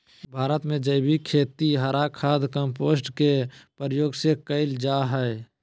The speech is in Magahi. भारत में जैविक खेती हरा खाद, कंपोस्ट के प्रयोग से कैल जा हई